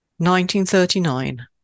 1939